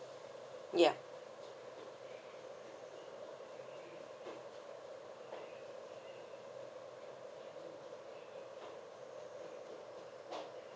ya